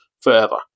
forever